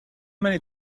many